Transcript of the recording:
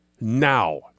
Now